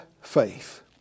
faith